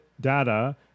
data